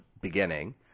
beginning